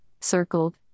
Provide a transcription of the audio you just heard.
circled